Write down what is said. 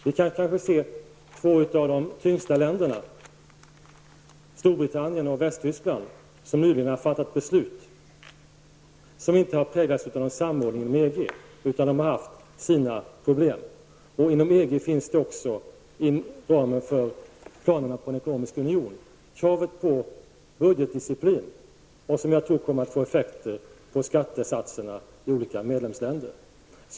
Vi kan se på två av de tyngsta länderna, Storbritannien och Tyskland, som nyligen har fattat beslut vilka inte har präglats av någon samordning med EG. De har haft sina egna problem. Inom EG finns också inom ramen för planerna på en ekonomisk union kravet på budgetdisciplin, något som jag tror kommer att få effekter på skattesatserna i olika medlemsländer.